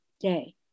day